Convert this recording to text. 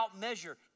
measure